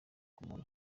umuntu